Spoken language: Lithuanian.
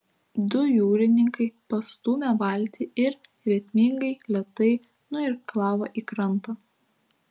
du jūrininkai pastūmė valtį ir ritmingai lėtai nuirklavo į krantą